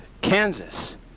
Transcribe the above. Kansas